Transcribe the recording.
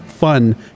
fun